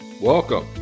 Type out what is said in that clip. Welcome